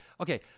Okay